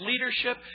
leadership